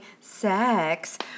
sex